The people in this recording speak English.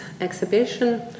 exhibition